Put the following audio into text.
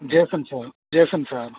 jason sir jason sir